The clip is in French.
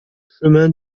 chemin